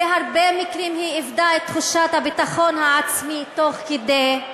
בהרבה מקרים היא איבדה את תחושת הביטחון העצמי תוך כדי,